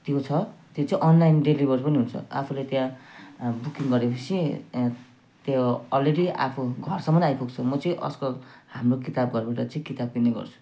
त्यो छ त्यो चाहिँ अनलाइन डेलिभरी पनि हुन्छ आफूले त्यहाँ बुकिङ गरेपछि त्यो अलरेडी आफ्नो घरसम्म आइपुग्छ म चाहिँ अजकल हाम्रो किताब घरबाट चाहिँ किताब किन्ने गर्छु